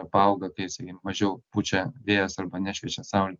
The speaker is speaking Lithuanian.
paauga kai sakykim mažiau pučia vėjas arba nešviečia saulė